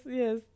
yes